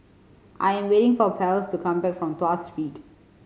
I am waiting for Ples to come back from Tuas Street